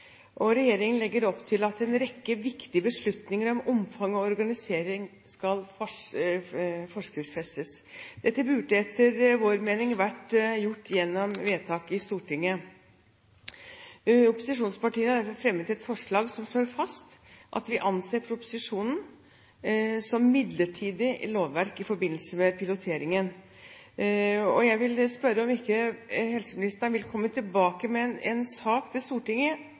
på. Regjeringen legger opp til at en rekke viktige beslutninger om omfang og organisering skal forskriftsfestes. Dette burde etter vår mening vært gjort gjennom vedtak i Stortinget. Opposisjonspartiene har fremmet et forslag som slår fast at vi anser proposisjonen som midlertidig lovverk i forbindelse med piloteringen. Jeg vil spørre om ikke helseministeren vil komme tilbake med en sak til Stortinget